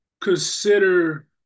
consider